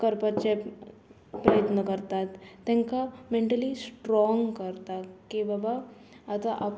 करपाचे प्रयत्न करतात तेंकां मेंटली स्ट्रोंग करतात की बाबा आतां आप